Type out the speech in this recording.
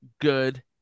good